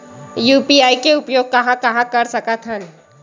UPI के उपयोग कहां कहा कर सकत हन?